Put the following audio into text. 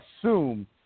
assume